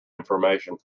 information